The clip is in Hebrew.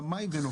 רמאי ונוכל.